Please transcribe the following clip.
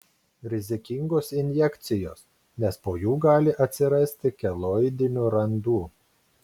rizikingos injekcijos nes po jų gali atsirasti keloidinių randų